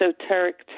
esoteric